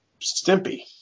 Stimpy